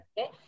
Okay